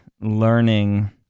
learning